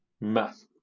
math